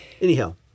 Anyhow